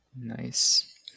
Nice